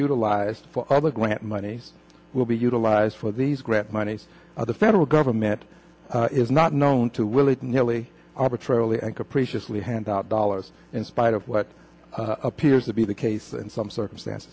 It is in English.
utilized for other grant money will be utilized for these grant money the federal government is not known to willy nilly arbitrarily and capriciously handout dollars in spite of what appears to be the case and some circumstance